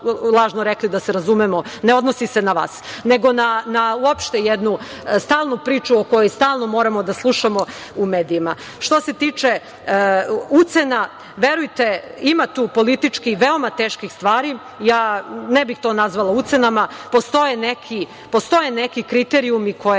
lažno rekli, da se razumemo, ne odnosi se na vas, nego na uopšte jednu stalnu priču koju stalno moramo da slušamo u medijima. Što se tiče ucena, verujte ima tu politički veoma teških stvari. Ne bih to nazvala ucenama. Postoje neki kriterijumi koje